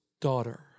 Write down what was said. daughter